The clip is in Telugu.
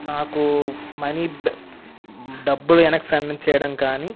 నాకు మనీ డబ్బులు వెనక్కి సెండ్ చెయ్యడం కానీ